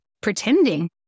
pretending